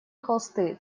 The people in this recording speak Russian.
холсты